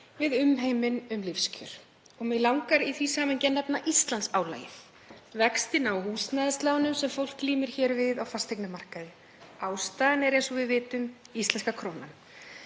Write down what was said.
við umheiminn um lífskjör. Mig langar í því samhengi að nefna Íslandsálagið, vextina á húsnæðislánum sem fólk glímir hér við á fasteignamarkaði. Ástæðan er, eins og við vitum, íslenska krónan.